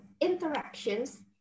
interactions